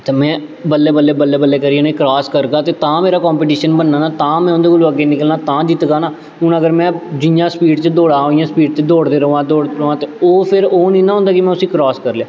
ते में बल्लें बल्लें बल्लें बल्लें करियै उ'नें गी क्रास करगा ते तां मेरा कंपीटीशन बनना ना तां में उं'दे कोलूं अग्गें निकलना तां जितगा ना हून अगर में जि'यां स्पीड च दौड़ा नां उ'आं स्पीड च दौड़दे र'वां दौड़दे र'वां ते ओह् फिर ओह् नेईं ना होंदा कि में उस्सी क्रास करी लेआ